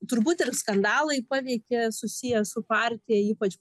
turbūt ir skandalai paveikė susiję su partija ypač